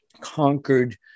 conquered